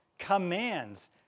commands